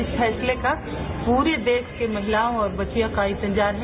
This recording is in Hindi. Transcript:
इस फैसले का पूरे देश की महिलाओं और बच्चिरयों को इंतजार है